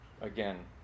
again